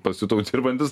pasijutau dirbantis